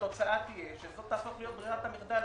התוצאה תהיה שזה יהפוך להיות בררת המחדל.